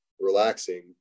relaxing